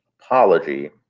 apology